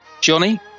Johnny